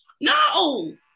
No